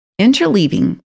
interleaving